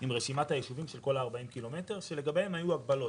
עם רשימת יישובים ב-40 קילומטר ולגביהם היו הגבלות.